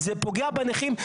זה פוגע בנכים,